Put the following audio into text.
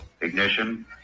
ignition